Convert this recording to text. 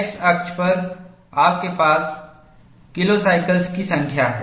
X अक्ष पर आपके पास किलोसाइकिल की संख्या है